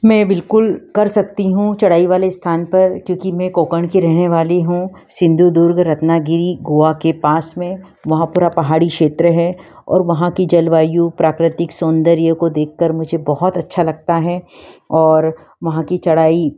मैं बिलकुल कर सकती हूँ चढ़ाई वाले स्थान पर क्योंकि मैं कोंकण की रहने वाली हूँ सिंधु दूर्ग रत्नागिरी गोवा के पास में वहाँ पूरा पहाड़ी क्षेत्र है और वहाँ की जलवायु प्राकृतिक सौंदर्य को देखकर मुझे बहुत अच्छा लगता है और वहाँ की चढ़ाई